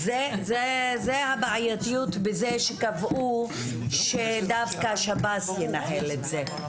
זה הבעייתיות בזה שקבעו שדווקא שב"ס ינהל את זה.